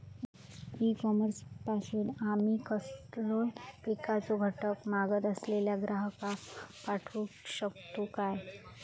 E commerce पासून आमी कसलोय पिकाचो घटक मागत असलेल्या ग्राहकाक पाठउक शकतू काय?